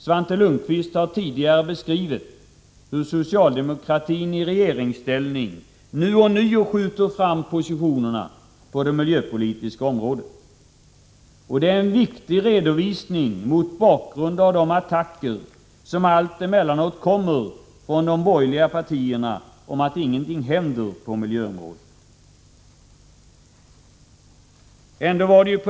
Svante Lundkvist har tidigare beskrivit hur socialdemokratin i regeringsställning nu ånyo skjuter fram positionerna på miljöpolitikens område. Det är en viktig redovisning mot bakgrund av de attacker som allt emellanåt kommer från de borgerliga partierna om att ingenting händer på miljöområdet.